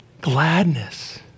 gladness